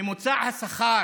ממוצע השכר